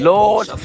Lord